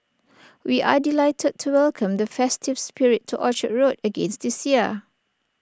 we are delighted to welcome the festive spirit to Orchard road again this year